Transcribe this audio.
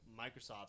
Microsoft